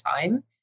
time